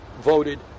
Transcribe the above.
voted